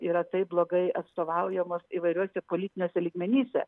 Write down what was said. yra taip blogai atstovaujamos įvairiuose politiniuose lygmenyse